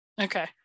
Okay